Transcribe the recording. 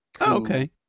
Okay